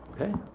Okay